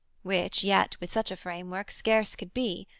which yet with such a framework scarce could be.